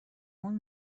اون